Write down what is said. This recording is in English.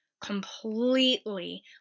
completely